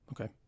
Okay